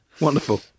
Wonderful